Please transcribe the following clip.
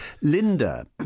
Linda